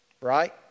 Right